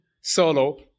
solo